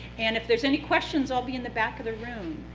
and if there's any questions, i will be in the back of the room.